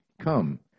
Come